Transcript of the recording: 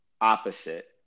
opposite